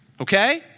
Okay